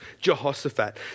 Jehoshaphat